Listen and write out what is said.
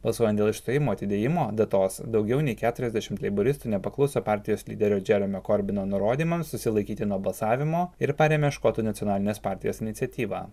balsuojant dėl išstojimo atidėjimo datos daugiau nei keturiasdešimt leiboristų nepakluso partijos lyderio džeremio korbino nurodymams susilaikyti nuo balsavimo ir parėmė škotų nacionalinės partijos iniciatyvą